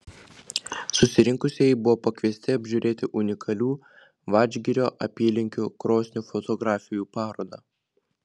susirinkusieji buvo pakviesti apžiūrėti unikalių vadžgirio apylinkių krosnių fotografijų parodą